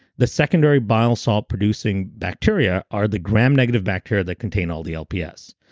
the secondary bile salt producing bacteria are the gram negative bacteria that contain all the lps.